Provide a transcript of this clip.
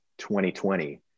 2020